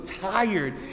tired